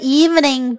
evening